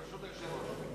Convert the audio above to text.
ברשות היושב-ראש?